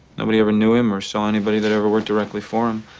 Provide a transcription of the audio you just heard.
nobody ever knew him or saw anybody that ever worked directly for him.